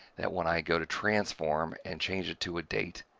that when i go to transform and change it to a date,